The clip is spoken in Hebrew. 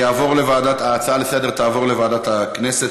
ההצעה לסדר-היום תעבור לוועדת הכנסת,